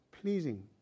pleasing